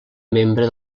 membre